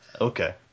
Okay